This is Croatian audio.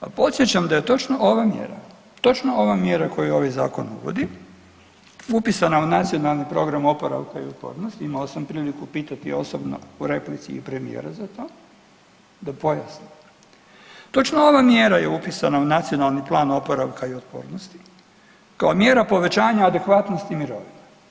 Al podsjećam da je točno ova mjera, točno ova mjera koju ovaj zakon uvodi, upisana u Nacionalni program oporavka i otpornosti, imao sam priliku pitati osobno u replici i premijera za to da pojasni, točno ova mjera je upisana u Nacionalni plan oporavka i otpornosti kao mjera povećanja adekvatnosti mirovina.